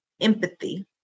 empathy